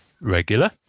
Regular